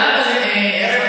קרן,